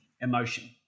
emotion